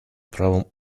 правом